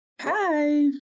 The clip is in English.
Hi